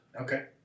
Okay